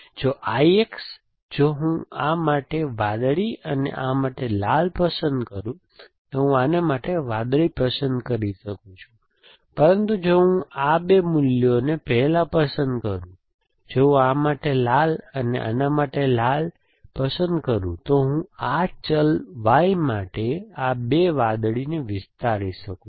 જો IX જો હું આ માટે વાદળી અને આ માટે લાલ પસંદ કરું તો હું આના માટે વાદળી પસંદ કરી શકું છું પરંતુ જો હું આ બે મૂલ્યોને પહેલા પસંદ કરું જો હું આ માટે લાલ અને આના માટે લાલ પસંદ કરું તો હું આ ચલ Y માટે આ બે વાદળીને વિસ્તારી શકું છું